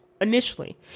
initially